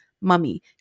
Mummy